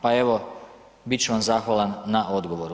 Pa evo bit ću vam zahvalan na odgovoru.